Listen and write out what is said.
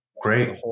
Great